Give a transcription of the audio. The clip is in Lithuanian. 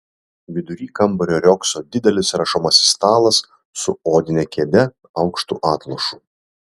vidury kambario riogso didelis rašomasis stalas su odine kėde aukštu atlošu